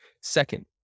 Second